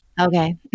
Okay